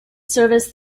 service